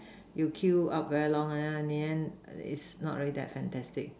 you queue up very long then in the end it's not real that fantastic